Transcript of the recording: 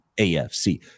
AFC